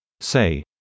Say